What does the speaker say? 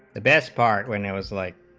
the best part when it was like